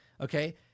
okay